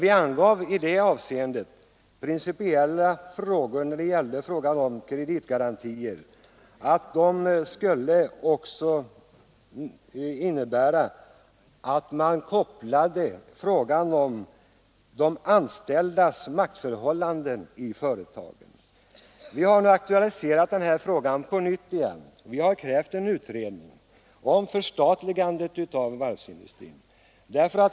Vi avgav i det avseendet en principiell förklaring när det gällde kreditgarantierna, nämligen att man skulle koppla den frågan med de anställdas maktförhållanden i företaget. Vi har nu på nytt aktualiserat detta problem. Vi har krävt en utredning om ett förstatligande av varvsindustrin.